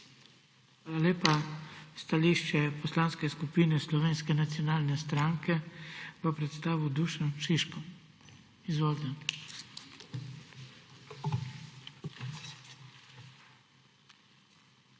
lepa. Stališče Poslanske skupine Slovenske nacionalne stranke bo predstavil Dušan Šiško. Izvolite.